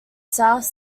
south